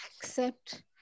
accept